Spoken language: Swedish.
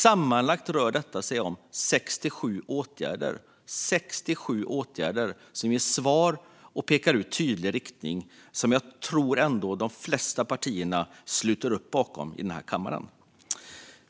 Sammanlagt rör det sig om 67 åtgärder, och det är 67 åtgärder som ger svar och pekar ut en tydlig riktning som jag ändå tror att de flesta partier i denna kammare sluter upp bakom.